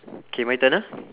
K my turn ah